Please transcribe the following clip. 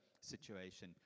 situation